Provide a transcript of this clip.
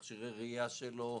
מכשירי ראייה שלו,